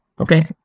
Okay